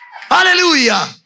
Hallelujah